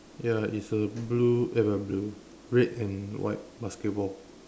ya it's a blue eh blue blue red and white basketball